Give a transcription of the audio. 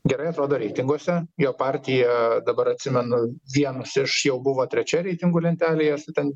gerai atrodo reitinguose jo partija dabar atsimenu vienus iš jau buvo trečia reitingų lentelėje su ten